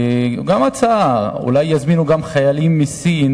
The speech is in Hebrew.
הצעה: אולי יזמינו גם חיילים מסין